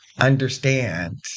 understand